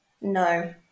No